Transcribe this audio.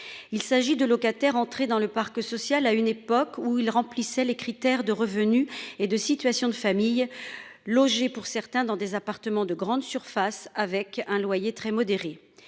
Il s'agit de locataires entrée dans le parc social à une époque où il remplissait les critères de revenus et de situations de familles logées pour certains dans des appartements de grande surface avec un loyer très modéré.